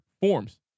forms